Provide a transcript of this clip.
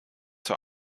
zur